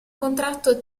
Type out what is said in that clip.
contratto